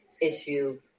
issue